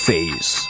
Face